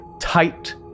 tight